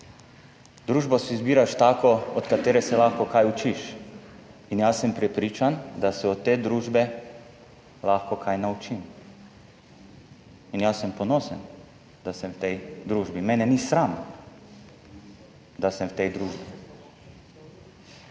družbo si izbiraš tako, od katere se lahko kaj učiš in jaz sem prepričan, da se od te družbe lahko kaj naučim in jaz sem ponosen, da sem v tej družbi, mene ni sram, da sem v tej družbi.